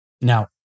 Now